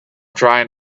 trying